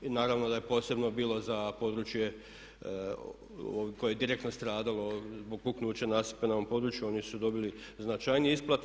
I naravno da je posebno bilo za područje koje je direktno stradalo zbog puknuća nasipa na ovom području, oni su dobili značajnije isplate.